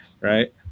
right